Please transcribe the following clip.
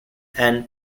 and